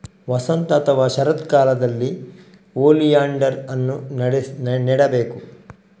ವಸಂತ ಅಥವಾ ಶರತ್ಕಾಲದಲ್ಲಿ ಓಲಿಯಾಂಡರ್ ಅನ್ನು ನೆಡಬೇಕು